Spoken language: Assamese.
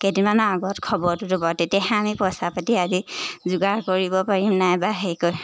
কেইদিনমানৰ আগত খবৰটো দিব তেতিয়াহে আমি পইচা পাতি আদি যোগাৰ কৰিব পাৰিম নাইবা হেৰি কৰি